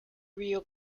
rio